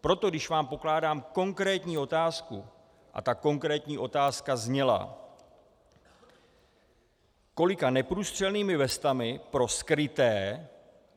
Proto když vám pokládám konkrétní otázku a ta konkrétní otázka zněla, kolika neprůstřelnými vestami pro skryté